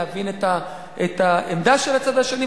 להבין את העמדה של הצד השני.